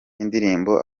indirimbo